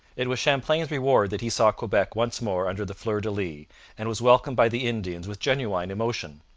it was champlain's reward that he saw quebec once more under the fleur-de-lis, and was welcomed by the indians with genuine emotion.